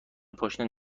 پاشنه